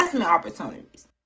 opportunities